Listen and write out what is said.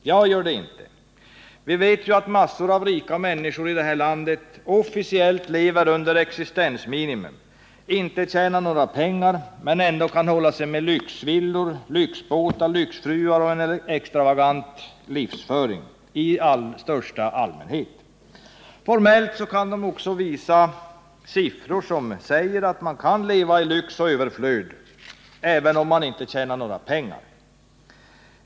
Jag gör det inte. Vi vet ju att massor av rika människor i det här landet officiellt lever under existensminimum, inte tjänar några pengar men ändå kan hålla sig med lyxvillor, lyxbåtar, lyxfruar och en extravagant livsföring i största allmänhet. Formellt kan de också visa siffror som säger att man kan leva i lyx och överflöd, även om man inte tjänar några pengar.